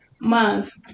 month